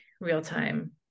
real-time